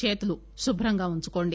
చేతులు శుభ్రంగా ఉంచుకోండి